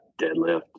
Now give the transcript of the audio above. deadlift